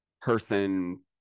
person